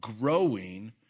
growing